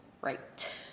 Right